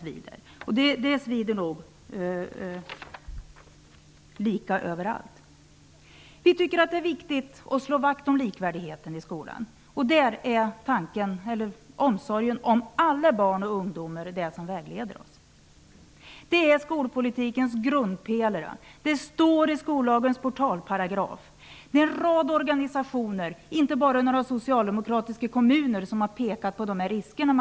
Vi tycker att det är viktigt att slå vakt om likvärdigheten i skolan. Det är omsorgen om alla barn och ungdomar som vägleder oss. Det är skolpolitikens grundpelare. Det står i skollagens portalparagraf. Jag vill säga till Marianne Jönsson att det är en rad organisationer, inte bara några socialdemokratiska kommuner, som har pekat på de här riskerna.